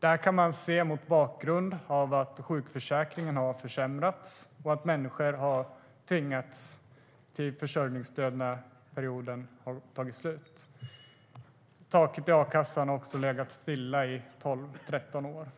Detta kan ses mot bakgrund av att sjukförsäkringen har försämrats och att människor har tvingats till försörjningsstöd när perioden har tagit slut. Taket i a-kassan har också legat stilla i tolv tretton år.